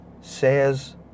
says